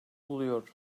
buluyor